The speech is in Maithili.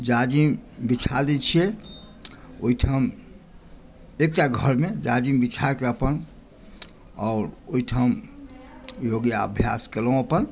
जाजिम बिछा दै छियै ओहिठाम एकटा घरमे जाजिम बिछाके अपन आओर ओहिठाम योगाभ्यास केलहुँ अपन